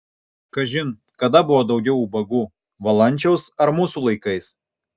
kažin kada buvo daugiau ubagų valančiaus ar mūsų laikais